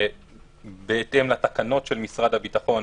בהתאם לתקנות של משרד הביטחון,